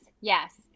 Yes